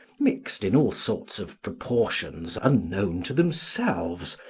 mixed in all sorts of proportions unknown to themselves,